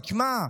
אבל תשמע,